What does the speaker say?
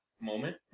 moment